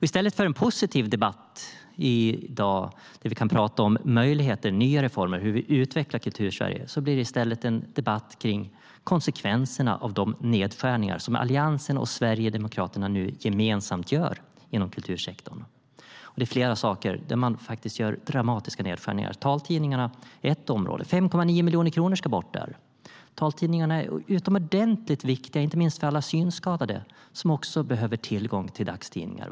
I stället för en positiv debatt med tal om möjligheter, nya reformer och utveckling av Kultursverige blir det i dag en debatt om konsekvenserna av de nedskärningar som Alliansen och Sverigedemokraterna nu gemensamt gör inom kultursektorn. Det är flera områden där man gör dramatiska nedskärningar. Taltidningarna är ett område. 5,9 miljoner kronor ska bort där. Taltidningarna är utomordentligt viktiga, inte minst för alla synskadade, som också behöver tillgång till dagstidningar.